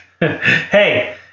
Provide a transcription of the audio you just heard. Hey